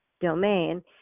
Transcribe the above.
domain